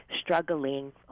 struggling